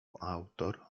autor